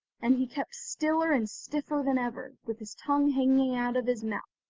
and he kept stiller and stiffer than ever, with his tongue hanging out of his mouth.